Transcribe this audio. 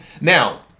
Now